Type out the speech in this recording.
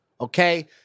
Okay